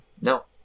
No